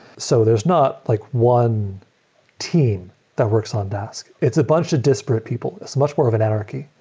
so there's not like one team that works on dask. it's a bunch of disparate people. it's much more of an anarchy.